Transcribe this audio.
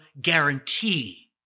guarantee